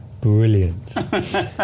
Brilliant